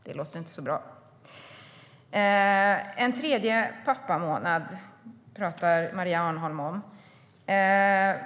Det låter inte så bra. En tredje pappamånad pratar Maria Arnholm om.